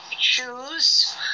shoes